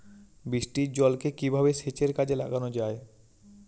বৃষ্টির জলকে কিভাবে সেচের কাজে লাগানো য়ায়?